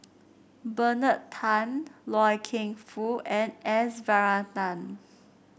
Bernard Tan Loy Keng Foo and S Varathan